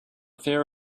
fear